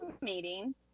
meeting